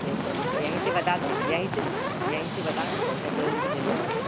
एक दर्जन एहि से बता एहि से बता पैसा जोरि के लेले अबौ